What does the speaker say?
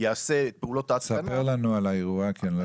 יעשה פעולות --- ספר לנו על האירוע כי אני לא שמעתי.